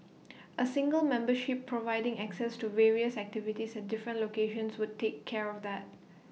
A single membership providing access to various activities at different locations would take care of that